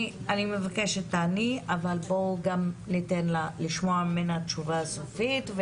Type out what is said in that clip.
אני מבקשת שתעני, אבל בואו נשמע ממנה תשובה סופית.